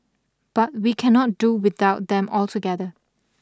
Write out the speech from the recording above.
but we cannot do without them altogether